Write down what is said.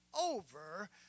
over